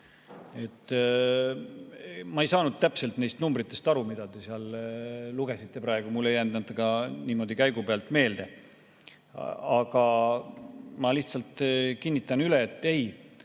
Ma ei saanud täpselt neist numbritest aru, mida te ette lugesite praegu. Mulle ei jää need ka niimoodi käigu pealt meelde. Aga ma lihtsalt kinnitan üle, et ei,